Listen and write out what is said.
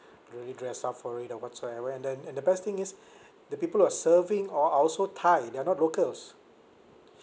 really dress up for it or whatsoever and then and the best thing is the people who are serving all are also thai they are not locals